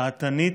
דעתנית,